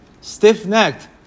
stiff-necked